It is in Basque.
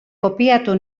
kopiatu